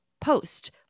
post